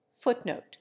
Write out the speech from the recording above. footnote